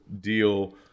deal